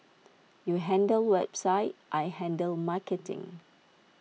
you handle website I handle marketing